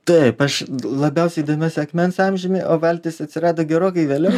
taip aš labiausiai domiuosi akmens amžiumi o valtis atsirado gerokai vėliau